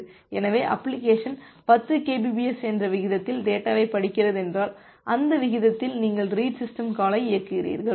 எனவே application 10 Kbps என்ற விகிதத்தில் டேட்டாவைப் படிக்கிறது என்றால் அந்த விகிதத்தில் நீங்கள் ரீட் சிஸ்டம் காலை இயக்குகிறீர்கள்